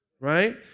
right